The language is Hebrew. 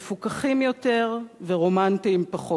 מפוכחים יותר ורומנטיים פחות.